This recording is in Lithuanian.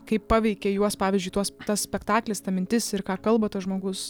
kaip paveikė juos pavyzdžiui tuos tas spektaklis ta mintis ir ką kalba tas žmogus